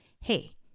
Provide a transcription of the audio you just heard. Hey